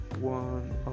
one